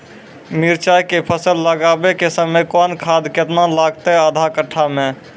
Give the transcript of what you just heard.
मिरचाय के फसल लगाबै के समय कौन खाद केतना लागतै आधा कट्ठा मे?